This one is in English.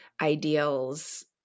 ideals